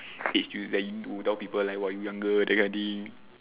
age like you tell people like !wah! you younger that kind of thing